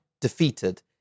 defeated